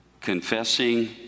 confessing